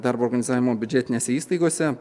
darbo organizavimo biudžetinėse įstaigose